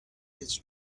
his